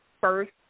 first